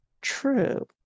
True